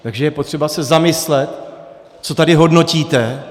Takže je potřeba se zamyslet, co tady hodnotíte.